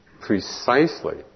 precisely